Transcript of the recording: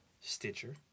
Stitcher